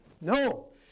No